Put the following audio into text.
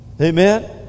Amen